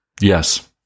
Yes